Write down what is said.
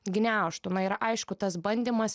gniaužtų na ir aišku tas bandymas